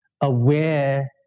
aware